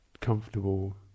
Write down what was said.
comfortable